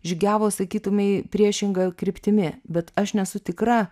žygiavo sakytume į priešinga kryptimi bet aš nesu tikra